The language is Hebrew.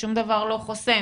ששום דבר לא חוסם